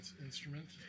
instrument